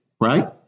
Right